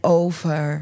over